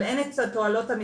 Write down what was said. לגבי התועלות של